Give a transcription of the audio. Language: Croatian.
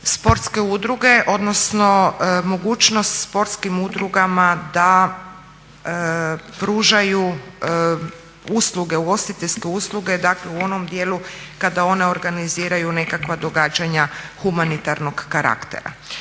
sportske udruge, odnosno mogućnost sportskim udrugama da pružaju usluge, ugostiteljske usluge dakle u onom djelu kada ona organiziraju nekakva događanja humanitarnog karaktera.